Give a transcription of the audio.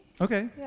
Okay